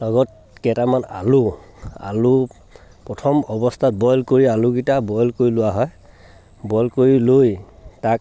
লগত কেইটামান আলু আলু প্ৰথম অৱস্থাত বইল কৰি আলুকিটা বইল কৰি লোৱা হয় বইল কৰি লৈ তাক